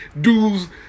Dude's